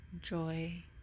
joy